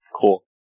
Cool